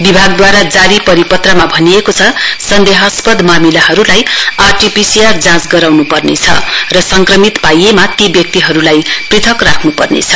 विभागद्वारा जारी परिपत्रमा भनिएको छ सन्देहास्पद मामिंलाहरुलाई आरटीपीसीआर जाँच गराउन् पर्नेछ र संक्रमित पाइएमा ती व्यक्तिहरुलाई पृथक राख्नुपर्नेछ